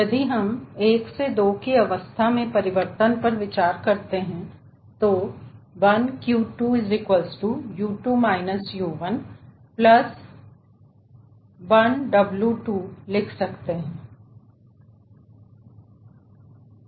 यदि हम 1 से 2 के अवस्था में परिवर्तन पर विचार करते हैं तो 1Q2 1W2 लिख सकते है